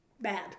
bad